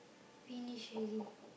finish already